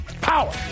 power